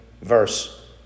verse